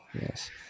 yes